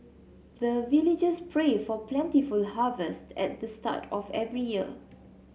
the villagers pray for plentiful harvest at the start of every year